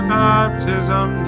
baptism